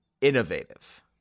innovative